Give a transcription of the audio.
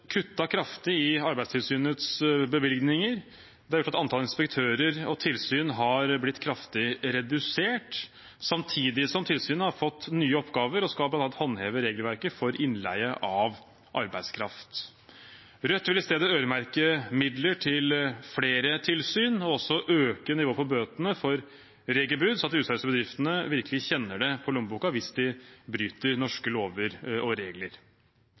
kraftig i Arbeidstilsynets bevilgninger. Det har gjort at antallet inspektører og tilsyn er blitt kraftig redusert, samtidig som tilsynet har fått nye oppgaver og bl.a. skal håndheve regelverket for innleie av arbeidskraft. Rødt vil i stedet øremerke midler til flere tilsyn og også øke nivået på bøtene for regelbrudd, sånn at de useriøse bedriftene virkelig kjenner det på lommeboka hvis de bryter norske lover og regler.